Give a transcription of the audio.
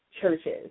churches